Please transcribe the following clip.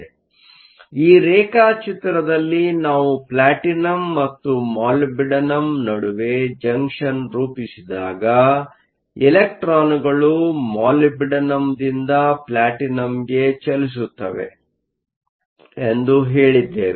ಆದ್ದರಿಂದ ಈ ರೇಖಾಚಿತ್ರದಲ್ಲಿ ನಾವು ಪ್ಲಾಟಿನಂ ಮತ್ತು ಮಾಲಿಬ್ಡಿನಮ್ ನಡುವೆ ಜಂಕ್ಷನ್ ರೂಪಿಸಿದಾಗ ಇಲೆಕ್ಟ್ರಾನ್ಗಳು ಮಾಲಿಬ್ಡಿನಮ್ದಿಂದ ಪ್ಲಾಟಿನಂಗೆ ಚಲಿಸುತ್ತವೆ ಎಂದು ಹೇಳಿದ್ದೇವೆ